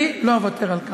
אני לא אוותר על כך.